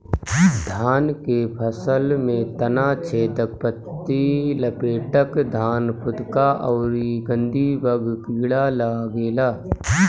धान के फसल में तना छेदक, पत्ति लपेटक, धान फुदका अउरी गंधीबग कीड़ा लागेला